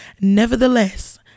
nevertheless